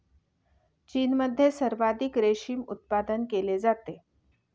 चीनमध्ये सर्वाधिक रेशीम उत्पादन केले जाते